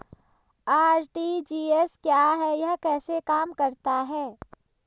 RTGS क्या है यह कैसे काम करता है?